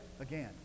again